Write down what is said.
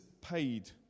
paid